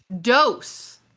dose